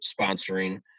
sponsoring